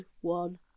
one